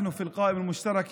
אנחנו ברשימה המשותפת